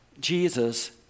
Jesus